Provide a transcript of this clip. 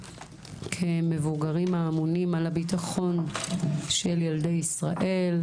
כמבוגרים האמונים על הביטחון של ילדי ישראל,